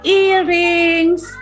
earrings